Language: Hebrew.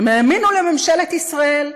הם האמינו לממשלת ישראל,